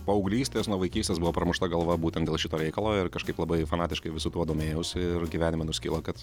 paauglystės nuo vaikystės buvo pramušta galva būtent dėl šito reikalo ir kažkaip labai fanatiškai visu tuo domėjaus ir gyvenime nuskilo kad